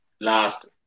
last